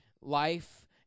life